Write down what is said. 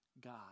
God